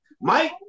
Mike